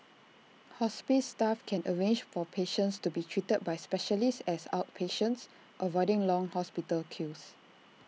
hospice staff can arrange for patients to be treated by specialists as outpatients avoiding long hospital queues